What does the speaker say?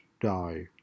die